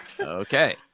Okay